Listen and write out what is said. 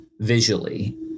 visually